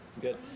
good